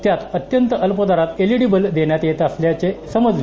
त्यात अत्यंत अल्प दरात एलईडी बल्ब देण्यात येत असल्याचे समजले